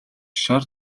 шар